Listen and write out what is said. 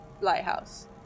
lighthouse